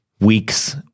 weeks